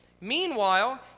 Meanwhile